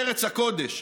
בארץ הקודש.